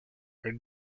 her